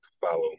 follow